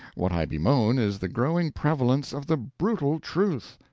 what i bemoan is the growing prevalence of the brutal truth.